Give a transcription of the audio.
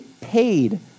paid